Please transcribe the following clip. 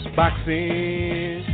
boxing